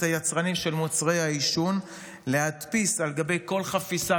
היצרנים של מוצרי העישון להדפיס על גבי כל חפיסה